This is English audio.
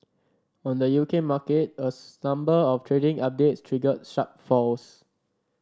on the U K market a number of trading updates triggered sharp falls